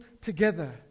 together